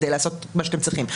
כדי לעשות את מה שאתם צריכים.